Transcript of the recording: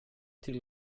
till